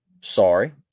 Sorry